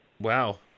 Wow